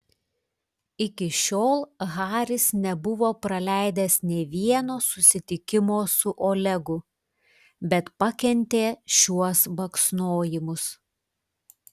iki šiol haris nebuvo praleidęs nė vieno susitikimo su olegu bet pakentė šiuos baksnojimus